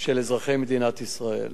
של אזרחי מדינת ישראל.